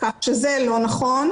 כך שזה לא נכון.